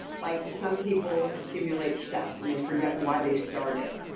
like some people accumulate stuff, and they forget why they started.